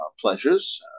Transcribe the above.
pleasures